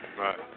Right